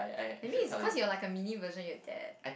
maybe is cause you're like a mini version of your dad